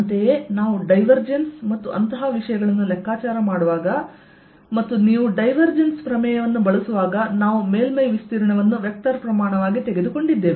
ಅಂತೆಯೇ ನಾವು ಡೈವರ್ಜೆನ್ಸ್ ಮತ್ತು ಅಂತಹ ವಿಷಯಗಳನ್ನು ಲೆಕ್ಕಾಚಾರ ಮಾಡುವಾಗ ಮತ್ತು ನೀವು ಡೈವರ್ಜೆನ್ಸ್ ಪ್ರಮೇಯವನ್ನು ಬಳಸುವಾಗ ನಾವು ಮೇಲ್ಮೈ ವಿಸ್ತೀರ್ಣವನ್ನು ವೆಕ್ಟರ್ ಪ್ರಮಾಣವಾಗಿ ತೆಗೆದುಕೊಂಡಿದ್ದೇವೆ